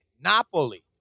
Napoli